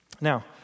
Now